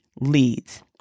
leads